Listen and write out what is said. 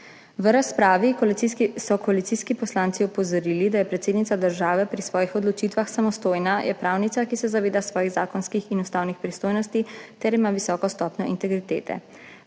V razpravi so koalicijski poslanci opozorili, da je predsednica države pri svojih odločitvah samostojna, je pravnica, ki se zaveda svojih zakonskih in ustavnih pristojnosti ter ima visoko stopnjo integritete.